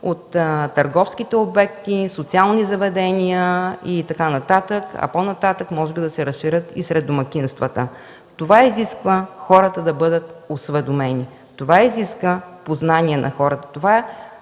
от търговски обекти, социални заведения и така нататък. По-нататък може би ще се разширят и сред домакинствата. Това изисква хората да бъдат осведомени, изисква познания на хората,